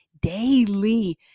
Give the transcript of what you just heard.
daily